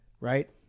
Right